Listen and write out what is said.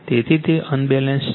તેથી તે અનબેલેન્સ છે